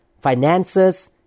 finances